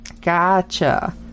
Gotcha